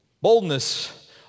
Boldness